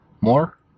more